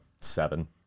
seven